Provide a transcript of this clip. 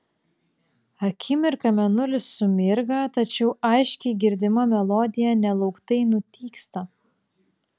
akimirką mėnulis sumirga tačiau aiškiai girdima melodija nelauktai nutyksta